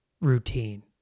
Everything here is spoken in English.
routine